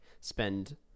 spend